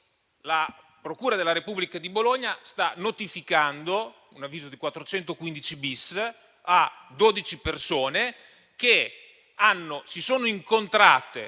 la procura della Repubblica di Bologna sta notificando un avviso di 415-*bis* a dodici persone che si sono incontrate